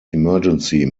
emergency